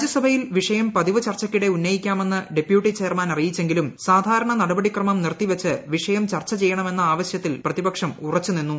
രാജ്യസഭയിൽ വിഷയം പതിവ് ചർച്ചയ്ക്കിടെ ഉന്നയിക്കാമെന്ന് അറിയിച്ചെങ്കിലും സാധാരണ നടപടിട്ടിക്മം നിർത്തിവച്ച് വിഷയം ചർച്ച ചെയ്യണമെന്ന ആവശൃത്തിൽ ്പ്രതിപക്ഷം ഉറച്ചു നിന്നു